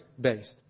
based